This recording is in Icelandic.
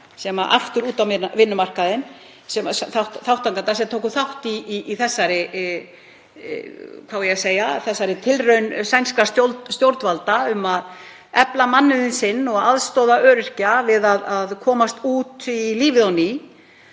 aftur út á vinnumarkaðinn, þeirra sem tóku þátt í þessari tilraun sænskra stjórnvalda til að efla mannauð sinn og aðstoða öryrkja við að komast út í lífið á ný.